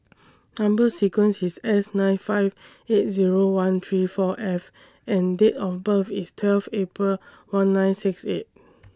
Number sequence IS S nine five eight Zero one three four F and Date of birth IS twelve April one nine six eight